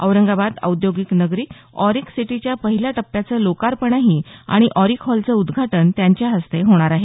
औरंगाबाद औद्योगिक नगरी ऑरिक सिटीच्या पहिल्या टप्प्याचं लोकार्पणही आणि ऑरिक हॉलचं उदघाटन त्यांच्या हस्ते होणार आहे